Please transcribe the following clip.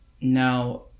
Now